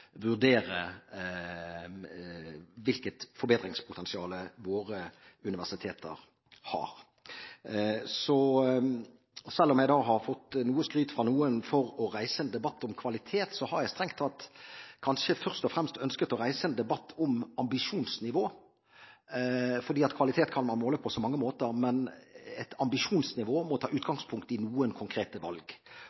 vurdere hvilket forbedringspotensial våre universiteter har. Selv om jeg har fått skryt fra noen for å reise en debatt om kvalitet, har jeg strengt tatt kanskje først og fremst ønsket å reise en debatt om ambisjonsnivå, fordi kvalitet kan man måle på så mange måter, men et ambisjonsnivå må ta